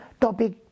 topic